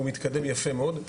הוא מתקדם יפה מאוד.